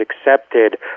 accepted